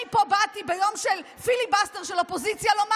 אני פה באתי ביום של פיליבסטר של האופוזיציה לומר